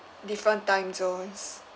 different time zones